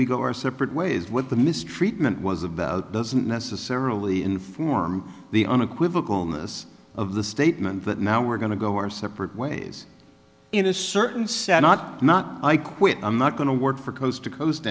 we go our separate ways what the mistreatment was about doesn't necessarily inform the unequivocal in this of the statement but now we're going to go our separate ways in a certain set not not i quit i'm not going to work for coast to coast